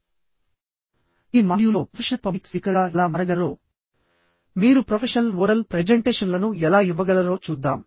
ఇప్పుడు ఈ మాడ్యూల్లో మీరు నిజంగా ప్రొఫెషనల్ పబ్లిక్ స్పీకర్గా ఎలా మారగలరోమీరు ప్రొఫెషనల్ ఓరల్ ప్రెజెంటేషన్లను ఎలా ఇవ్వగలరో చూద్దాం